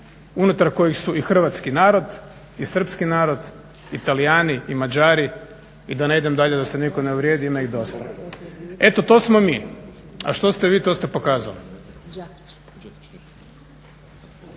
unutar kojih su i hrvatski narod i srpski narod i Talijani i Mađari i da ne idem dalje da se nitko ne uvrijedi ima ih dosta. Eto to smo mi. A što ste vi to ste pokazali.